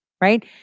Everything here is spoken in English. right